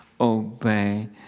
obey